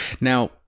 Now